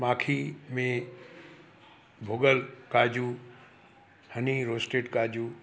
माखी में भुॻल काजू हनी रॉस्टेड काजू